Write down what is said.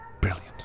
Brilliant